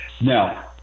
Now